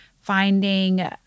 finding